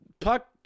Puck